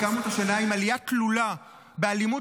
סיכמנו את השנה עם עלייה תלולה באלימות